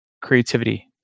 creativity